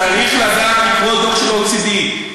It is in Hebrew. צריך לדעת לקרוא דוח של ה-OECD.